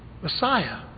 Messiah